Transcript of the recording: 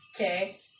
Okay